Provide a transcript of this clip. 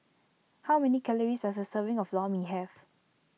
how many calories does a serving of Lor Mee have